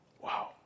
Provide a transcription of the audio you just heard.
Wow